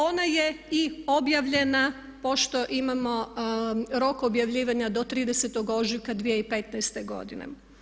Ona je i objavljena, pošto imamo rok objavljivanja do 30. ožujka 2015. godine.